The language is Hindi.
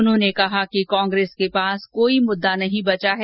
उन्होंने कहा कि कांग्रेस के पास कोई मुद्दा नहीं बचा है